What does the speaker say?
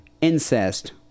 incest